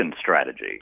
strategy